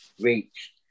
reach